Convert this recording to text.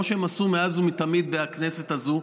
כמו שהם עשו מאז ומתמיד בכנסת הזאת.